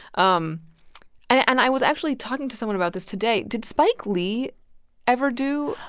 um and i was actually talking to someone about this today did spike lee ever do